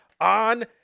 on